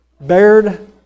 bared